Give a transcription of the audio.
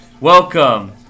Welcome